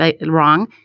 wrong